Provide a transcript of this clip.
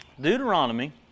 Deuteronomy